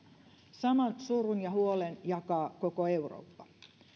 saman surun ja huolen jakaa koko eurooppa